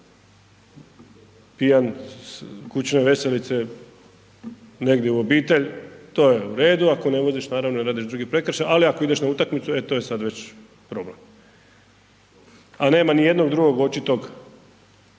pijan s kućne veselice negdje u obitelj to je u redu ako ne voziš naravno i radiš druge prekršaje, ali ako ideš na utakmicu, e to je sad već problem, a nema nijednog drugog očitog